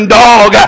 dog